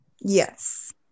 Yes